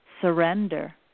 surrender